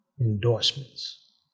endorsements